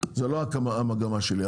זו לא המגמה שלי.